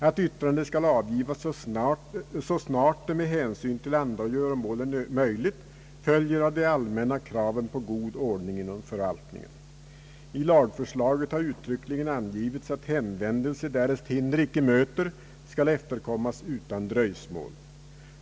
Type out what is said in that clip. Att yttrande skall avgivas, så snart det med hänsyn till andra göromål är möjligt, följer av de allmänna kraven på god ordning inom förvaltningen. I lagförslaget har uttryckligen angivits, att hänvändelse, därest hinder icke möter, skall efterkommas utan dröjsmål.